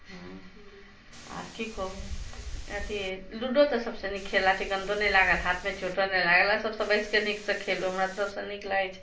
हँ आओर की कहू अथी लूडो तऽ सबसँ नीक खेला छै गन्दो नहि लागल हाथमे चोटो नहि लागल आओर सबसँ बैसिके नीकसँ खेलू हमरा तऽ सबसँ नीक लागै छै